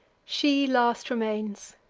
she last remains,